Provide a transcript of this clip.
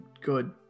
good